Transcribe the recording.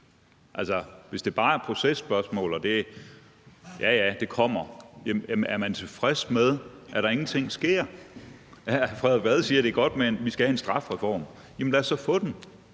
hvis det bare er processpørgsmål og man siger, at ja ja, det kommer, er hr. Frederik Vad så tilfreds med, at der ingenting sker? Hr. Frederik Vad siger, det er godt, at vi skal have en strafreform, men lad os så få den.